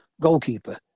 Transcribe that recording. goalkeeper